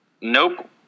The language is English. Nope